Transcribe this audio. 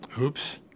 Oops